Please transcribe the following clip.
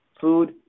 Food